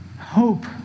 hope